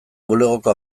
bulegoko